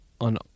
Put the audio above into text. on